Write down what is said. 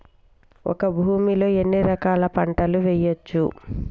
ఒక భూమి లో ఎన్ని రకాల పంటలు వేయచ్చు?